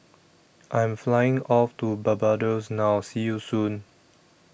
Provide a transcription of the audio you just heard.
I Am Flying off to Barbados now See YOU Soon